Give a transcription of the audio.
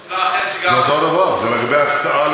לא, בצורה אחרת.